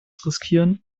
riskieren